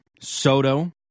Soto